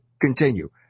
continue